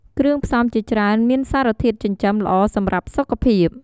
គ្រឿងផ្សំ ជាច្រើនមានសារធាតុចិញ្ចឹមល្អសម្រាប់សុខភាព។